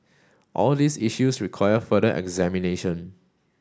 all these issues require further examination